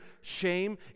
shame